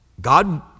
God